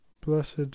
Blessed